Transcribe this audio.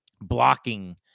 blocking